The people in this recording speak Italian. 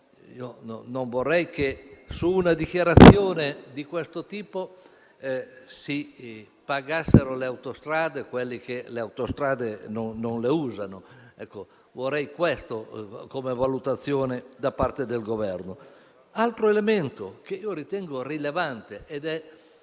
non vorrei che, su una dichiarazione di questo tipo, pagassero le autostrade quelli che le autostrade non le usano. Io vorrei che ci fosse questa valutazione da parte del Governo. Altro elemento che io ritengo rilevante è